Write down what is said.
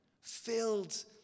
filled